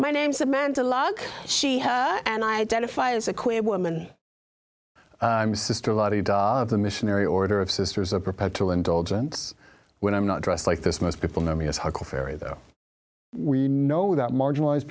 my name's amanda log she and i identify as a queer woman of the missionary order of sisters of perpetual indulgence when i'm not dressed like this most people know me as huckleberry though we know that marginalized